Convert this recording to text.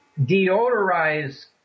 deodorize